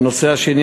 בנושא השני,